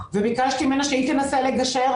וביקשתי ממנה שהיא תנסה לגשר,